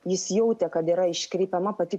jis jautė kad yra iškreipiama pati